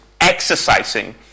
exercising